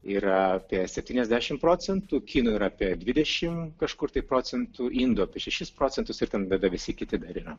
yra apie septyniasdešimt procentų kinų yra apie dvidešimt kažkur tai procentų indų apie šešis procentus ir ten tada visi kiti dar yra